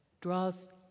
draws